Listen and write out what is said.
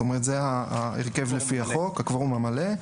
זה ההרכב לפי החוק, הקוורום המלא.